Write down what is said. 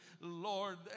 Lord